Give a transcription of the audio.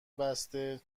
بسته